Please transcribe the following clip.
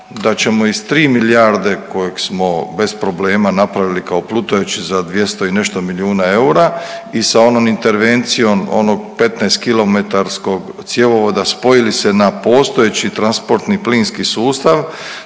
da ćemo iz 3 milijarde kojeg smo bez problema napravili kao plutajući za 200 i nešto milijuna eura i sa onom intervencijom onog 15 kilometarskog cjevovoda spojili se na postojeći transportni plinski sustav.